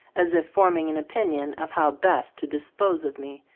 as if forming an opinion of how best to dispose of me,